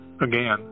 again